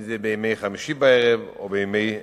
אם זה בימי חמישי בערב או בימי שישי.